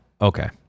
okay